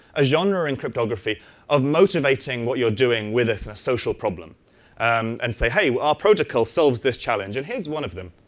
a genre in cryptography of motivating what you're doing with a social problem um and say, hey, our protocol solves this challenge. and here's one of them.